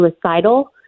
suicidal